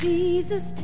Jesus